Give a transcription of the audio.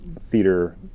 theater